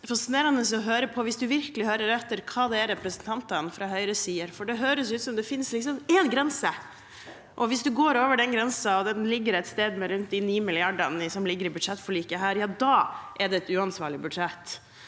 hører etter, hva det er representantene fra Høyre sier, for det høres ut som om det finnes én grense, og hvis man går over den grensen, og den ligger et sted rundt de 9 mrd. kr som ligger i budsjettforliket her, da er det et uansvarlig budsjett.